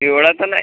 पिवळा तर नाही